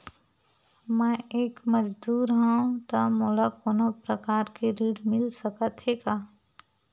मैं एक मजदूर हंव त मोला कोनो प्रकार के ऋण मिल सकत हे का?